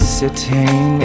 sitting